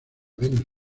venus